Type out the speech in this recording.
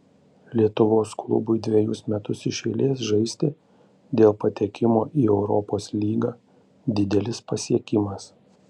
lietuvos klubui dvejus metus iš eilės žaisti dėl patekimo į europos lygą didelis pasiekimas